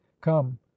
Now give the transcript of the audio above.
come